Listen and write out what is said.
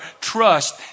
trust